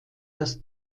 das